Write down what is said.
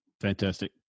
Fantastic